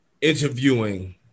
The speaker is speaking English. interviewing